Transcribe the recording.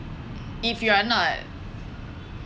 if you are not